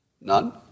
None